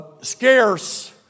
scarce